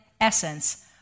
essence